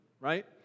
right